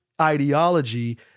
ideology